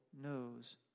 knows